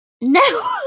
No